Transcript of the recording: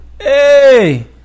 Hey